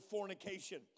fornication